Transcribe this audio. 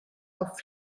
auf